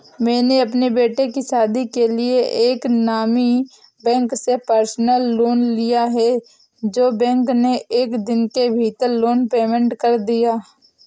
मैंने अपने बेटे की शादी के लिए एक नामी बैंक से पर्सनल लोन लिया है जो बैंक ने एक दिन के भीतर लोन पेमेंट कर दिया